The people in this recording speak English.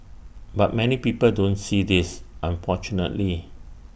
but many people don't see this unfortunately